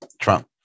Trump